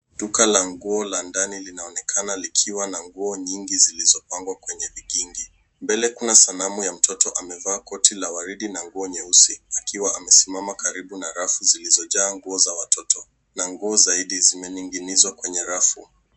Duka la nguo la ndani linaonekana likiwa na nguo nyingi zilizopangwa kwenye vigingi . Mbele kuna sanamu ya mtoto amevaa koti la waridi na nguo nyeusi akiwa amesimama karibu na rafu zilizojaa nguo za watoto, na nguo zaidi zimening'inizwa kwenye rafu.